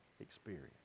experience